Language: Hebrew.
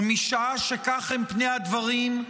ומשעה שכך הם פני הדברים,